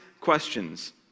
questions